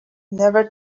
never